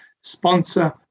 sponsor